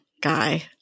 guy